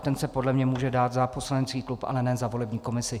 Ten se podle mě může dát za poslanecký klub, ale ne za volební komisi.